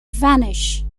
vanish